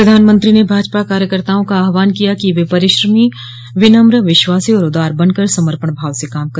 प्रधानमंत्री ने भाजपा कार्यकर्ताओं का आहवान किया कि वे परिश्रमी विनम्र विश्वासी और उदार बनकर समर्पण भाव से काम कर